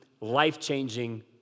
life-changing